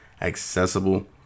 accessible